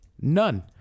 None